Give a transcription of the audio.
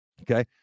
okay